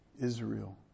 Israel